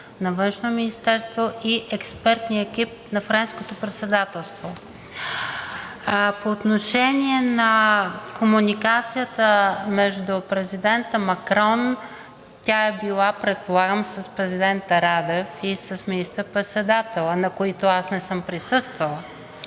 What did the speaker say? на Външното министерство и експертния екип на Френското председателство. По отношение на комуникацията между президента Макрон, тя е била, предполагам, с президента Радев и с министър председателя, на които аз не съм присъствала.